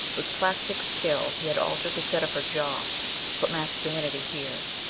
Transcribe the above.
with plastic skill he had altered the set of her jaw put masculinity here.